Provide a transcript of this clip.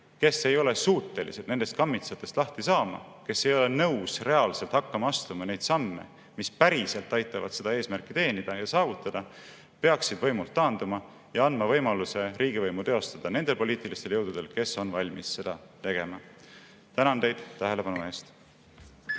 kes ei ole suutelised nendest kammitsatest lahti saama, kes ei ole nõus reaalselt hakkama astuma neid samme, mis päriselt aitavad seda eesmärki teenida ja saavutada, peaksid võimult taanduma ja andma võimaluse riigivõimu teostada nendel poliitilistel jõududel, kes on valmis seda tegema. Tänan teid tähelepanu eest!